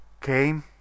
came